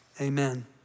amen